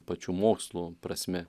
pačių mokslų prasme